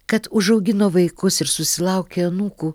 kad užaugino vaikus ir susilaukė anūkų